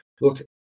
look